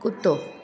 कुत्तो